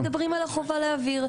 אלא רק מדברים על החובה להעביר.